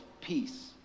peace